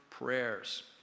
prayers